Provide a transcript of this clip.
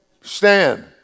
Stand